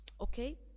Okay